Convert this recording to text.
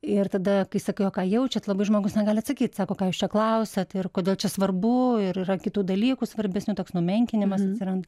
ir tada kai sakai o ką jaučiat labai žmogus negali atsakyt sako ką jūs čia klausiat ir kodėl čia svarbu ir yra kitų dalykų svarbesnių toks numenkinimas atsiranda